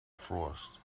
frost